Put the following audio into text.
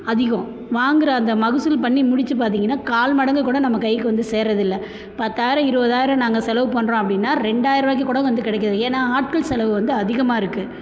அதிகம் வாங்குகிற அந்த மகசூல் பண்ணி முடிச்சு பார்த்தீங்கன்னா கால் மடங்கு கூட நம்ம கைக்கு வந்து சேர்வது இல்லை பத்தாயிரம் இருபதாயிரம் நாங்கள் செலவு பண்ணுறோம் அப்படின்னா ரெண்டாயிரூபாய்க்கி கூட வந்து கிடைக்காது ஏன்னா ஆட்கள் செலவு வந்து அதிகமாக இருக்குது